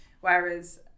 Whereas